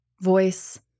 voice